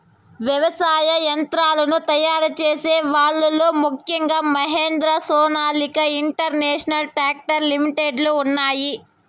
వ్యవసాయ యంత్రాలను తయారు చేసే వాళ్ళ లో ముఖ్యంగా Mahindra, Sonalika international tractor limited లు ఉన్నాయి